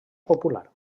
popular